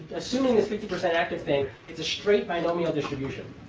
assuming this fifty percent active thing, it's a straight binomial distribution.